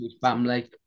family